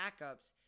backups